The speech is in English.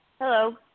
Hello